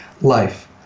life